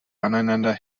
aneinander